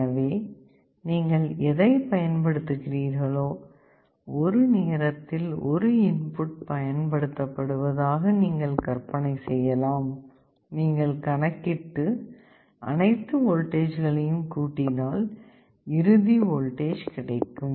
எனவே நீங்கள் எதைப் பயன்படுத்துகிறீர்களோ ஒரு நேரத்தில் ஒரு இன்புட் பயன்படுத்தப்படுவதாக நீங்கள் கற்பனை செய்யலாம் நீங்கள் கணக்கிட்டு அனைத்து வோல்டேஜ்களையும் கூட்டினால் இறுதி வோல்டேஜ் கிடைக்கும்